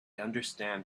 understand